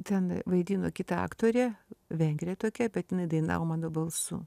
ten vaidino kita aktorė vengrė tokia bet jinai dainavo mano balsu